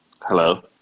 Hello